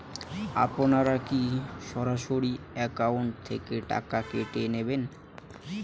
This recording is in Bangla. আপনারা কী সরাসরি একাউন্ট থেকে টাকা কেটে নেবেন?